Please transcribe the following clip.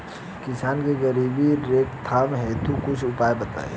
किसान के गरीबी रोकथाम हेतु कुछ उपाय बताई?